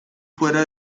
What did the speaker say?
fuera